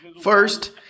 First